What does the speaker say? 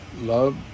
love